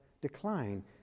decline